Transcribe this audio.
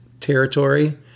territory